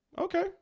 Okay